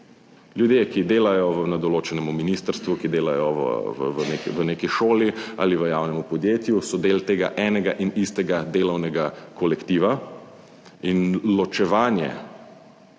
Ljudje, ki delajo na določenem ministrstvu, ki delajo v neki šoli ali v javnem podjetju so del tega enega in istega delovnega kolektiva. 16.